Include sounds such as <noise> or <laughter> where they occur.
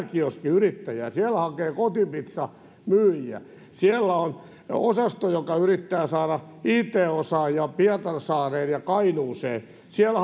<unintelligible> kioski yrittäjää siellä haki kotipizza myyjiä siellä oli osasto joka yritti saada it osaajia pietarsaareen ja kainuuseen siellä <unintelligible>